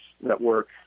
Network